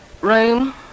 room